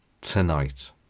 tonight